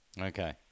Okay